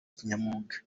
kinyamwuga